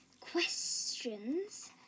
questions